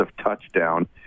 touchdown